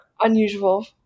unusual